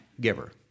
giver